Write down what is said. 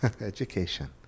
Education